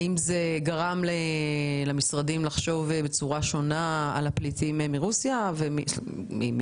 האם זה גרם למשרדים לחשוב בצורה שונה על הפליטים מרוסיה ומאוקראינה,